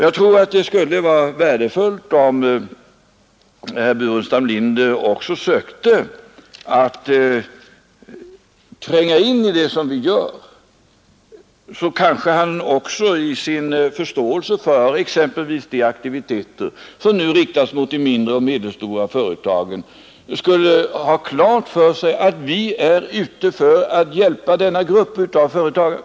Jag tror att det skulle vara värdefullt om herr Burenstam Linder också sökte att tränga in i det som vi gör, exempelvis de aktiviteter som nu inriktas på de mindre och medelstora företagen. Då kanske han också skulle få klart för sig att vi är ute för att hjälpa denna grupp av företagare.